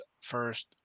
first